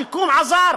השיקום עזר.